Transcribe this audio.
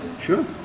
Sure